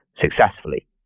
successfully